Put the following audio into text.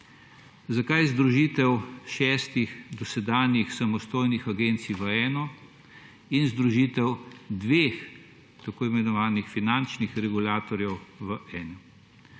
zakaj združitev šestih dosedanjih samostojnih agencij v eno in združitev dveh tako imenovanih finančnih regulatorjev v eno?